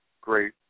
great